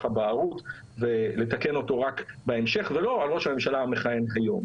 הבערות ולתקן אותו רק בהמשך ולא על ראש הממשלה המכהן היום.